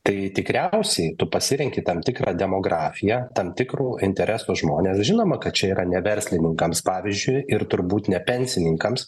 tai tikriausiai tu pasirenki tam tikrą demografiją tam tikrų interesų žmones žinoma kad čia yra ne verslininkams pavyzdžiui ir turbūt ne pensininkams